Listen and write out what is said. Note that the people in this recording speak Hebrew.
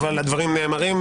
אבל הדברים נאמרים.